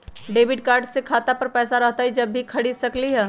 Debit card से खाता पर पैसा रहतई जब ही खरीद सकली ह?